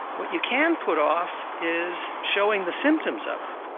what you can put off is showing the symptoms of it.